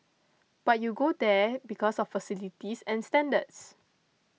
but you go there because of facilities and standards